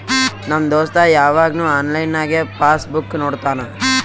ನಮ್ ದೋಸ್ತ ಯವಾಗ್ನು ಆನ್ಲೈನ್ನಾಗೆ ಪಾಸ್ ಬುಕ್ ನೋಡ್ತಾನ